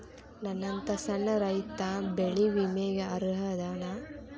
ನನ್ನಂತ ಸಣ್ಣ ರೈತಾ ಬೆಳಿ ವಿಮೆಗೆ ಅರ್ಹ ಅದನಾ?